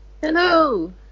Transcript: Hello